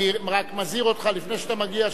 אני רק מזהיר אותך לפני שאתה מגיע,